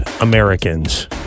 Americans